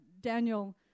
Daniel